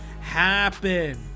happen